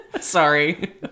sorry